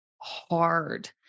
hard